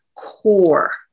Core